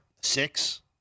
six